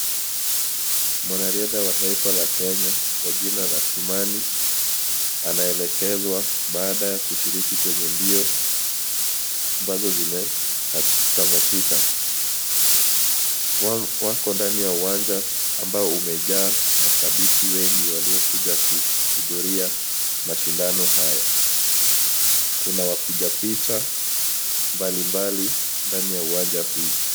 Mwanariadha, wa taifa la Kenya, kwa jina la Kimani, anaelekezwa baada ya kushiriki kwenye mbio ambazo zimetamatika. Wako ndani ya uwanja ambao umejaa mashabiki wengi waliokuja kuhudhuria mashindano haya. Kuna wapiga picha mbalimbali ndani ya uwanja huu.